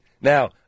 Now